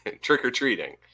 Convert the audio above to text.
trick-or-treating